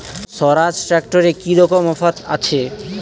স্বরাজ ট্র্যাক্টরে কি রকম অফার আছে?